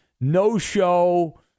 no-show